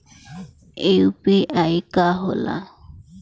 UPI का होला?